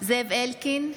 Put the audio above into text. זאב אלקין,